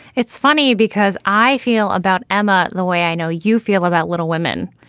it's funny because i feel about emma the way i know you feel about little women,